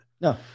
No